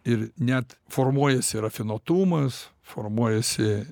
ir net formuojasi rafinuotumas formuojasi